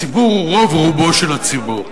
הציבור הוא רוב רובו של הציבור.